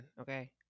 okay